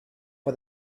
for